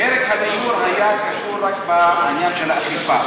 פרק הדיור היה קשור רק לעניין של האכיפה.